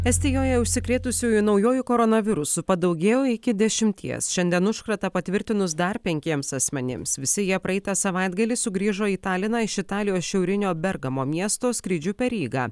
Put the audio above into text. estijoje užsikrėtusiųjų naujuoju koronavirusu padaugėjo iki dešimties šiandien užkratą patvirtinus dar penkiems asmenims visi jie praeitą savaitgalį sugrįžo į taliną iš italijos šiaurinio bergamo miesto skrydžiu per rygą